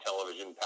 television